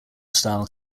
style